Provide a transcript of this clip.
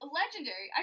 legendary